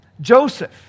Joseph